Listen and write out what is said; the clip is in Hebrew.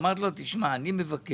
אמרתי לו תשמע, אני מבקש,